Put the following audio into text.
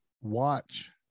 watch